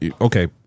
okay